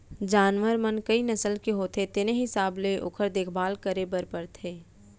जानवर मन कई नसल के होथे तेने हिसाब ले ओकर देखभाल करे बर परथे